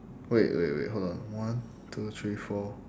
wait wait wait hold on one two three four